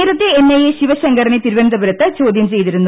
നേരത്തെ N I A ശിവശങ്കറിനെ തിരുവനന്തപുരത്ത് ചോദ്യം ചെയ്തിരുന്നു